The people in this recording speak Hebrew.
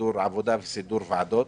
סידור עבודה וסידור ועדות.